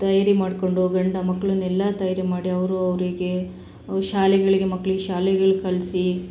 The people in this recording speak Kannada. ತಯಾರಿ ಮಾಡಿಕೊಂಡು ಗಂಡ ಮಕ್ಳನ್ನ ಎಲ್ಲ ತಯಾರಿ ಮಾಡಿ ಅವರು ಅವರಿಗೆ ಶಾಲೆಗಳಿಗೆ ಮಕ್ಕಳಿಗೆ ಶಾಲೆಗಳಿಗೆ ಕಳಿಸಿ